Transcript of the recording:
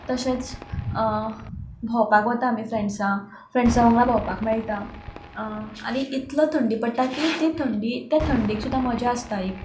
तशेंच भोंवपाक वता आमी फ्रँड्सां फ्रँड्सां वांगडा भोंवपाक मेळटा आनी इतली थंडी पडटा की ती थंडी त्या थंडेक सुद्दां मजा आसता एक